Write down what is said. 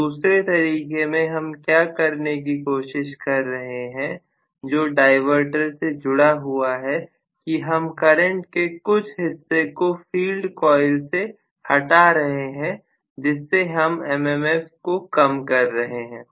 तो दूसरे तरीके में हम क्या करने की कोशिश कर रहे हैं जो डायवर्टर से जुड़ा हुआ है कि हम करंट के कुछ हिस्से को फील्ड कॉइल से हटा रहे हैं जिससे हम MMF को कम कर रहे हैं